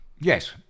Yes